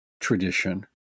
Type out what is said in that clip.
tradition